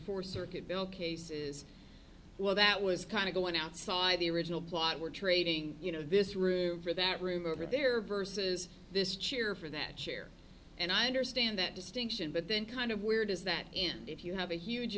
four circuit bill cases well that was kind of going outside the original plot we're trading you know this room for that room over there versus this chair for that chair and i understand that distinction but then kind of weird is that and if you have a huge